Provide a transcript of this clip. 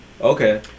Okay